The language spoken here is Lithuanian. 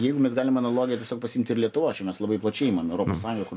jeigu mes galim analogiją tiesiog pasiimti ir lietuvos čia mes labai plačiai imam europos sąjungą kur